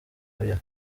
oya